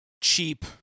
cheap